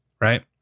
right